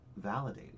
validating